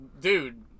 dude